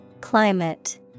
Climate